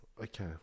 Okay